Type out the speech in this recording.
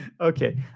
Okay